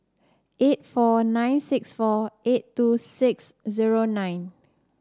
eight four nine six four eight two six zero nine